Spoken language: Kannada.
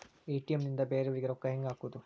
ಎ.ಟಿ.ಎಂ ನಿಂದ ಬೇರೆಯವರಿಗೆ ರೊಕ್ಕ ಹೆಂಗ್ ಹಾಕೋದು?